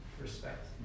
Respect